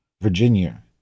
Virginia